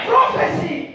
Prophecy